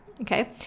Okay